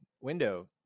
window